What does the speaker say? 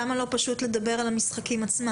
למה לא לדבר פשוט על המשחקים עצמם?